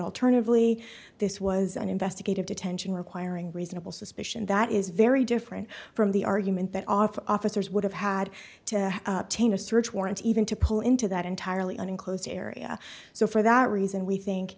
alternatively this was an investigative detention requiring reasonable suspicion that is very different from the argument that off officers would have had to change a search warrant even to pull into that entirely an enclosed area so for that reason we